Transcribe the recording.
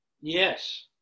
yes